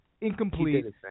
incomplete